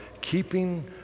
keeping